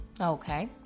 okay